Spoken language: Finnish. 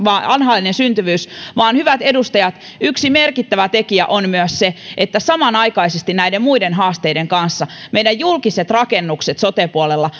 alhainen syntyvyys vaan hyvät edustajat yksi merkittävä tekijä on myös se että samanaikaisesti näiden muiden haasteiden kanssa meidän julkiset rakennukset sote puolella